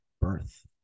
birth